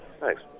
Thanks